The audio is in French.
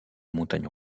montagnes